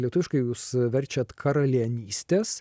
lietuviškai jūs verčiat karalienystės